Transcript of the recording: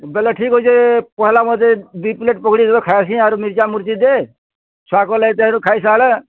ବେଲେ ଠିକ୍ ଅଛେ ପହେଲା ମତେ ଦି ପ୍ଳେଟ୍ ପକ୍ଡ଼ି ଦେ ଖାଏସିଁ ଆରୁ ମିର୍ଚା ମୁର୍ଚି ଦେ ଛୁଆଙ୍କର୍ ଲାଗି ତାହେଁରୁ ଖାଇସାଏଲେ